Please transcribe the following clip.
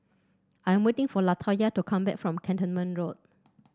I am waiting for Latoya to come back from Cantonment Road